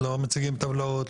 לא מציגים טבלאות,